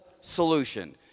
solution